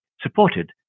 supported